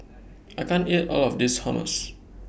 I can't eat All of This Hummus